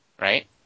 Right